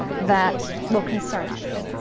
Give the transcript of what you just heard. that will concern us.